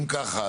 אם ככה,